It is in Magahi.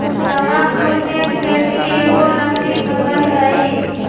तमाकुल कें खेति एगो नगदी फसल हइ